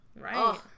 right